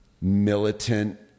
militant